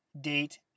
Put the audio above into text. date